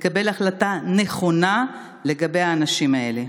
לקבל החלטה נכונה לגבי האנשים האלה.